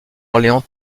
orléans